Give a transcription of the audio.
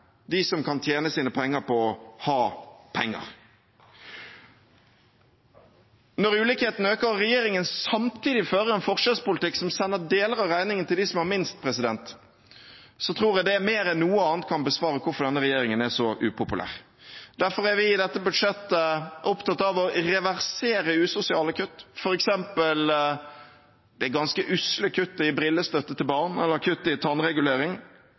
de som kan tjene sine penger på å ha penger. Når ulikhetene øker og regjeringen samtidig fører en forskjellspolitikk som sender deler av regningen til dem som har minst, tror jeg det mer enn noe annet kan besvare hvorfor denne regjeringen er så upopulær. Derfor er vi i dette budsjettet opptatt av å reversere usosiale kutt, f.eks. det ganske usle kuttet i brillestøtte til barn og kuttet i tannregulering.